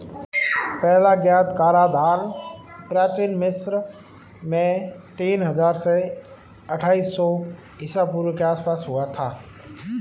पहला ज्ञात कराधान प्राचीन मिस्र में तीन हजार से अट्ठाईस सौ ईसा पूर्व के आसपास हुआ था